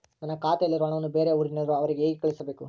ನನ್ನ ಖಾತೆಯಲ್ಲಿರುವ ಹಣವನ್ನು ಬೇರೆ ಊರಿನಲ್ಲಿರುವ ಅವರಿಗೆ ಹೇಗೆ ಕಳಿಸಬೇಕು?